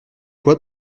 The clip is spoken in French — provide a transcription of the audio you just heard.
quoi